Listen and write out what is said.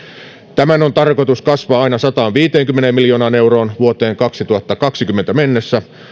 tämän on tarkoitus kasvaa aina sataanviiteenkymmeneen miljoonaan euroon vuoteen kaksituhattakaksikymmentä mennessä